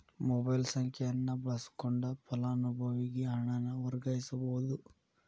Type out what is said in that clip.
mobile ಸಂಖ್ಯೆಯನ್ನ ಬಳಸಕೊಂಡ ಫಲಾನುಭವಿಗೆ ಹಣನ ವರ್ಗಾಯಿಸಬೋದ್